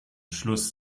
schluss